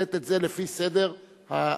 לתת את זה לפי סדר ההגשה.